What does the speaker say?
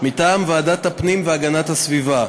מטעם ועדת הפנים והגנת הסביבה,